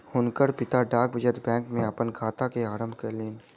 हुनकर पिता डाक बचत बैंक में अपन खाता के आरम्भ कयलैन